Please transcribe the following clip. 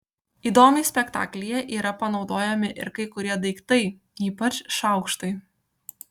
įdomiai spektaklyje yra panaudojami ir kai kurie daiktai ypač šaukštai